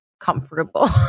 comfortable